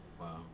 Wow